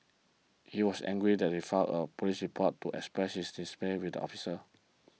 he was angry that he filed a police report to express the dismay with officers